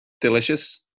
delicious